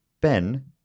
Ben